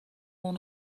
اون